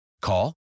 Call